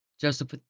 Joseph